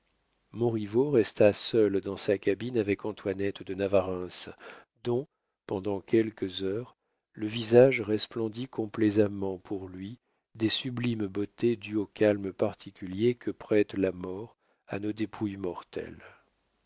journée montriveau resta seul dans sa cabine avec antoinette de navarreins dont pendant quelques heures le visage resplendit complaisamment pour lui des sublimes beautés dues au calme particulier que prête la mort à nos dépouilles mortelles